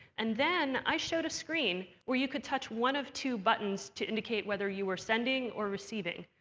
and then, i showed a screen where you could touch one of two buttons to indicate whether you were sending or receiving.